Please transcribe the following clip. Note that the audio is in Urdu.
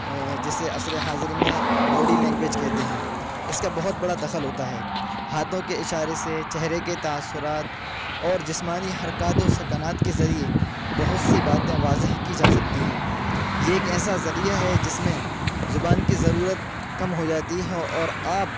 جسے عصر حاضر میں بوڈی لینگویج کہتے ہیں اس کا بہت بڑا دخل ہوتا ہے ہاتھوں کے اشاروں سے چہرے کے تاثرات اور جسمانی حرکات و سکنات کے ذریعے بہت سی باتیں واضح کی جا سکتی ہیں یہ ایک ایسا ذریعہ ہے جس میں زبان کی ضرورت کم ہو جاتی ہے اور آپ